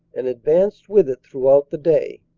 and advanced with it throughout the day.